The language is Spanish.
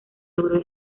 logró